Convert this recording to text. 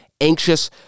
anxious